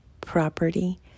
property